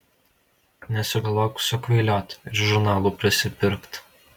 nesugalvok sukvailiot ir žurnalų prisipirkt